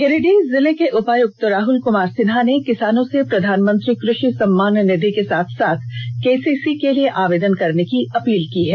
गिरिडीह जिले के उपायुक्त राहुल कुमार सिन्हा ने किसानों से प्रधानमंत्री कृषि सम्मान निधि के साथ साथ केसीसी के लिए आवेदन करने की अपील की है